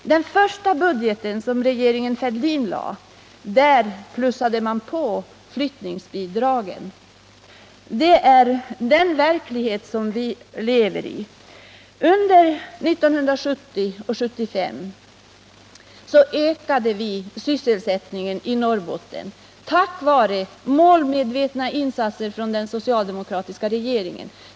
I den första budget som regeringen Fälldin lade fram plussade man på flyttningsbidragen. Det är den verklighet som vi lever i. Under 1970 och 1975 ökade vi sysselsättningen i Norrbotten tack vare målmedvetna insatser från den socialdemokratiska regeringen.